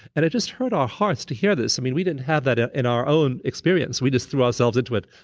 and it just hurt our hearts to hear this. i mean, we didn't have that in our own experience. we just threw ourselves into it,